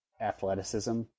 athleticism